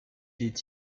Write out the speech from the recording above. est